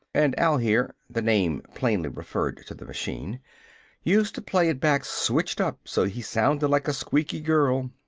and al here the name plainly referred to the machine used to play it back switched up so he sounded like a squeaky girl.